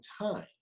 time